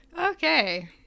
okay